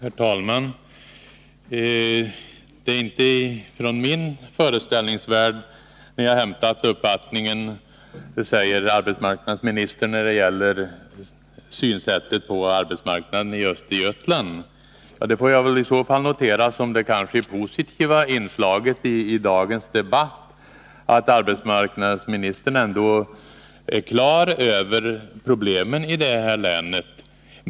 Herr talman! Det är inte från min föreställningsvärld vi har hämtat uppfattningen, säger arbetsmarknadsministern när det gäller synsättet på arbetsmarknaden i Östergötland. Det får jag i så fall notera som det positiva inslaget i dagens debatt, att arbetsmarknadsministern är på det klara med problemen i det här länet.